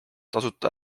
tasuta